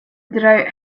drought